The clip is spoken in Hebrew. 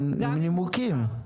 מנימוקים.